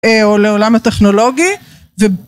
או לעולם הטכנולוגי